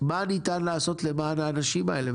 מה ניתן לעשות למען האנשים האלה?